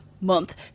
month